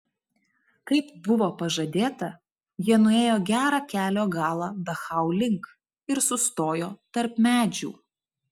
kaip buvo pažadėta jie nuėjo gerą kelio galą dachau link ir sustojo tarp medžių